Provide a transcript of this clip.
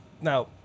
now